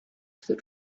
that